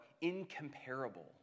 incomparable